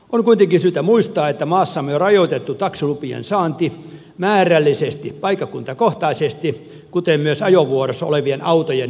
on kuitenkin syytä muistaa että maassamme on rajoitettu taksilupien saanti määrällisesti paikkakuntakohtaisesti kuten myös ajovuoroissa olevien autojen määrä